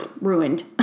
ruined